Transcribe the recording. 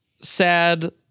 sad